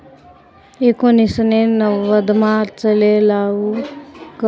एकोनिससे नव्वदमा येले चालू कर व्हत